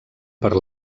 per